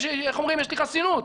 איך אומרים: יש לי חסינות,